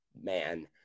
man